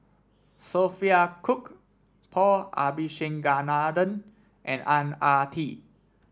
Sophia Cooke Paul Abisheganaden and Ang Ah Tee